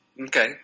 Okay